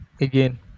again